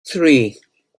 three